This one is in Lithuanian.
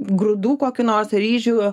grūdų kokių nors ryžių